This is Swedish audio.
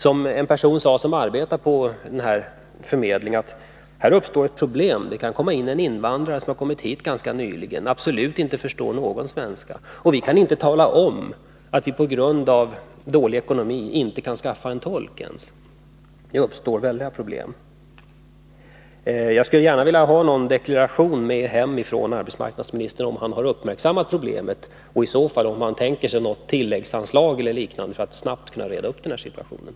Som en person som arbetar på en förmedling sade, kan det komma in en invandrare på förmedlingen som kommit till Sverige ganska nyligen och absolut inte förstår svenska. Vi kan inte, sade den här arbetsförmedlaren, ens tala om att vi på grund av dålig ekonomi inte kan skaffa någon tolk. Det uppstår alltså väldiga problem. Jag skulle gärna vilja ha med mig hem till mitt hemlän en deklaration från arbetsmarknadsministern, om han har uppmärksammat problemet och om han i så fall tänker sig ett tilläggsanslag eller liknande, så att man snabbt kan klara ut den här situationen.